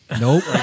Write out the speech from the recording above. Nope